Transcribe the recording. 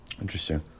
Interesting